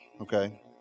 Okay